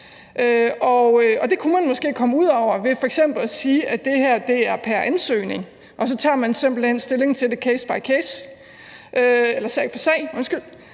det kunne man måske komme ud over ved f.eks. at sige, at det her er pr. ansøgning, og så tager man simpelt hen stilling til det case by case – eller fra sag til sag, undskyld!